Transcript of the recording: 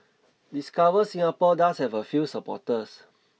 discover Singapore does have a few supporters